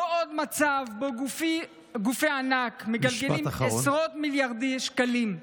לא עוד מצב שבו גופי ענק מגלגלים עשרות מיליארדי שקלים,